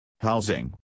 Housing